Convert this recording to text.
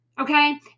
okay